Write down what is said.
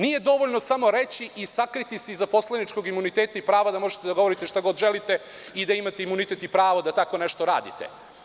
Nije dovoljno samo reći i sakriti se iza poslaničkog imuniteta i prava da možete da govorite šta god želite i da imate imunitet i pravo da tako nešto radite.